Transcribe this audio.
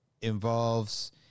involves